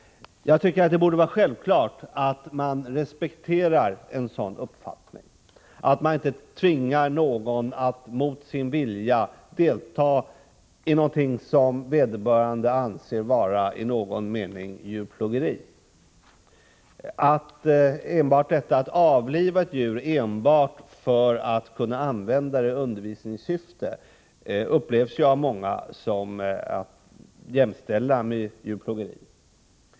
Jag tycker att det borde vara självklart att man respekterar en sådan uppfattning, att man inte tvingar någon att mot sin vilja delta i någonting som vederbörande anser vara i något avseende djurplågeri. Att avliva ett djur enbart för att använda det i undervisningssyfte upplevs ju av många som jämställt med djurplågeri.